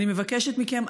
אני מבקשת מכם,